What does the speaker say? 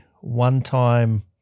one-time